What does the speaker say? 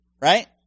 Right